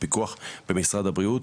פיקוח במשרד הבריאות.